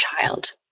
child